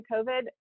COVID